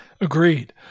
Agreed